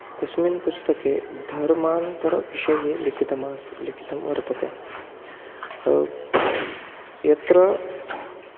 तस्मिन् पुस्तके धर्मान्तरविषये लिखितम् आस् लिखितं वर्तते यत्र